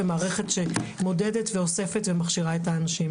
ומערכת שמודדת ואוספת ומכשירה את האנשים.